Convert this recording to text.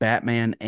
Batman